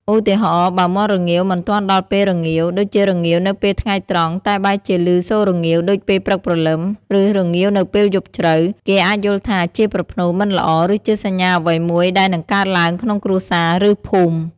ឧទាហរណ៍ បើមាន់រងាវមិនទាន់ដល់ពេលរងាវ ដូចជារងាវនៅពេលថ្ងៃត្រង់តែបែរជាលឺសូររងាវដូចពេលព្រឹកព្រលឹម ឬរងាវនៅពេលយប់ជ្រៅ គេអាចយល់ថាជាប្រផ្នូលមិនល្អ ឬជាសញ្ញាអ្វីមួយដែលនឹងកើតឡើងក្នុងគ្រួសារ ឬភូមិ។